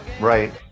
Right